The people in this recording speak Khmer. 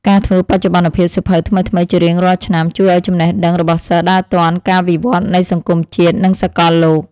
ការធ្វើបច្ចុប្បន្នភាពសៀវភៅថ្មីៗជារៀងរាល់ឆ្នាំ ជួយឱ្យចំណេះដឹងរបស់សិស្សដើរទាន់ការវិវត្តនៃសង្គមជាតិនិងសកលលោក។